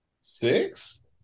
six